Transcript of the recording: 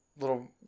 little